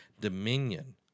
dominion